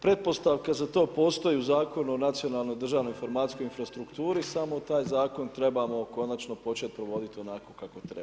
Pretpostavka za to postoji u Zakonu o nacionalnoj državnoj informacijskoj infrastrukturi samo taj zakon trebamo konačno početi provoditi onako kako treba.